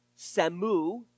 Samu